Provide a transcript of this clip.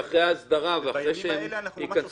שאחרי ההסדרה -- בימים האלה אנחנו ממש עושים את